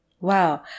Wow